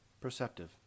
Perceptive